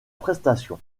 prestation